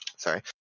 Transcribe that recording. Sorry